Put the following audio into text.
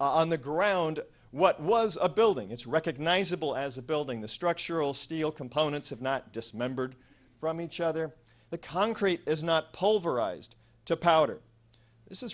on the ground what was a building it's recognizable as a building the structural steel components of not dismembered from each other the concrete is not poll of arised to powder this is